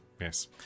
Yes